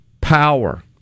power